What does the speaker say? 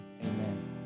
amen